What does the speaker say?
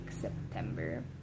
September